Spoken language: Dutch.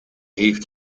heeft